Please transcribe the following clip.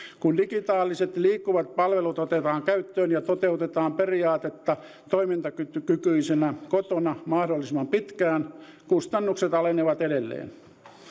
kun digitaaliset liikkuvat palvelut otetaan käyttöön ja toteutetaan periaatetta toimintakykyisenä kotona mahdollisimman pitkään kustannukset alenevat edelleen